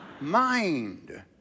mind